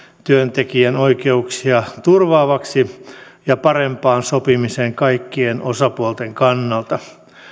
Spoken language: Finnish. työntekijän oikeuksia turvaavaksi ja parempaan sopimiseen kaikkien osapuolten kannalta